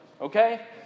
Okay